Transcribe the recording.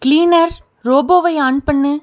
cleaner ரோபோவை on பண்ணு